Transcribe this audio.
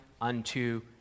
unto